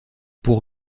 pour